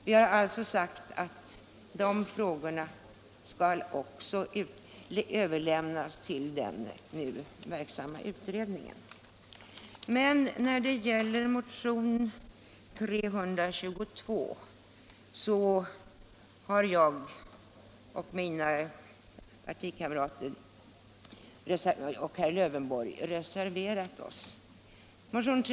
Vi har därför föreslagit att också den frågan skall överlämnas till den nu verksamma utredningen. Men när det gäller motion 322 har jag, mina partikamrater och herr Lövenborg reserverat oss.